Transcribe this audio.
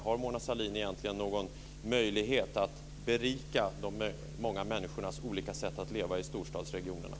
Har Mona Sahlin egentligen någon möjlighet att berika de många människornas olika sätt att leva i storstadsregionerna?